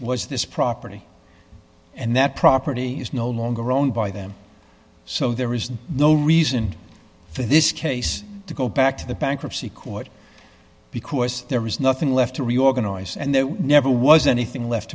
was this property and that property is no longer owned by them so there is no reason for this case to go back to the bankruptcy court because there was nothing left to reorganize and there were never was anything left